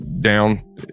Down